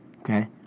okay